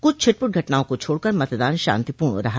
कुछ छिटपुट घटनाओं को छोड़कर मतदान शांतिपूर्ण रहा